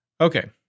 Okay